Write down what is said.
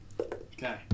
Okay